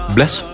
Bless